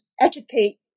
educate